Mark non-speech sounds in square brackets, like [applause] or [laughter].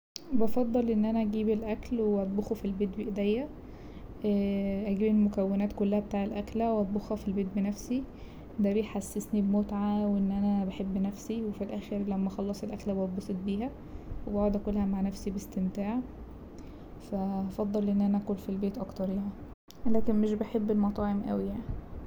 بفضل ان انا اجيب الاكل واطبخه في البيت بإيديا [hesitation] اجيب المكونات كلها بتاع الأكلة واطبخها في البيت بنفسي دا بيحسسني بمتعة وان انا بحب نفسي وفي الاخر لما اخلص الأكلة بتبسط بيها وبقعد اكلها مع نفسي بإستمتاع فا هفضل ان انا اكل في البيت اكتر يعنى لكن مش بحب المطاعم اوي يعني.